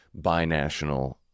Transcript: binational